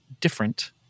different